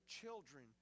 children